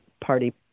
party